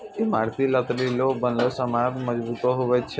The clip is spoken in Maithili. ईमारती लकड़ी रो बनलो समान मजबूत हुवै छै